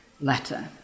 Letter